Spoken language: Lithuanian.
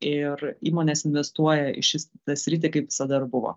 ir įmonės investuoja į šitą sritį kaip visada ir buvo